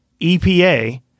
EPA